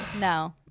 no